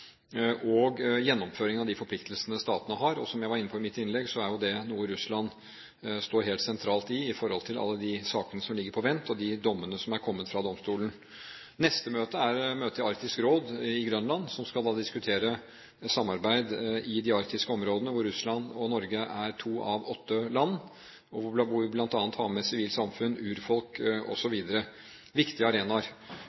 og gjennomføring av de forpliktelsene statene har. Som jeg var inne på i mitt innlegg, er jo det noe Russland står helt sentralt i i forhold til alle de sakene som ligger på vent, og de dommene som er kommet fra domstolen. Neste møte er et møte i Arktisk Råd på Grønland, som skal diskutere samarbeid i de arktiske områdene. Her er Russland og Norge to av åtte land, og vi jobber bl.a. med sivilsamfunn, urfolk osv. – viktige arenaer. Det leder meg over til dette med det sivile samfunn.